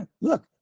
Look